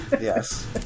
Yes